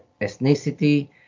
ethnicity